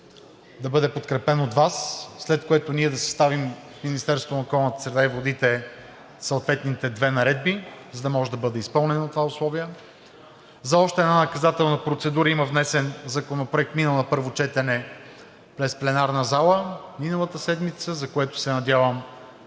да бъде подкрепен от Вас, след което да съставим в Министерството на околната среда и водите съответните две наредби, за да бъде изпълнено това условие. За още една наказателна процедура има внесен законопроект, минал на първо четене през пленарната зала миналата седмица, за което се надявам